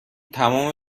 تمام